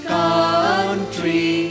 country